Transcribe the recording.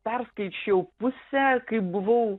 perskaičiau pusę kai buvau